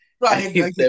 Right